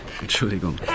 Entschuldigung